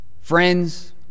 Friends